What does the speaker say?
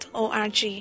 o-r-g